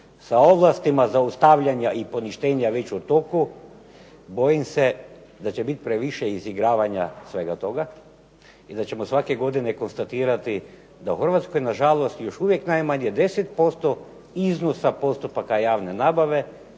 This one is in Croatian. sa ovlastima zaustavljanja i poništenja već u toku, bojim se da će biti previše izigravanja svega toga i da ćemo svake godine konstatirati da u Hrvatskoj nažalost, još uvijek najmanje 10% iznosa postupaka javne nabave